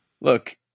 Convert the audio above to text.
Look